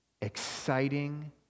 exciting